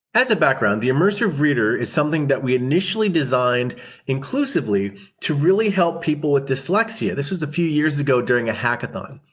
as a background, the immersive reader is something that we initially designed inclusively to really help people with dyslexia. this was a few years ago during a hackathon.